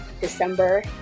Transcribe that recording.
December